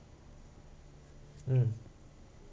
mm